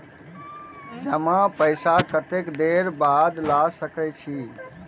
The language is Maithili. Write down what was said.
जमा पैसा कतेक देर बाद ला सके छी?